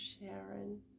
Sharon